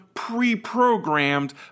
pre-programmed